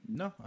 no